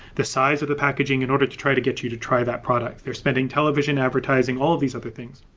the size of the packaging in order to try to get you to try that product. they're spending television advertising, all of these other things.